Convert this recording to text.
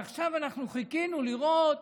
ועכשיו אנחנו חיכינו לראות